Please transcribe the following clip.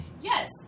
yes